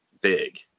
big